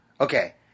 Okay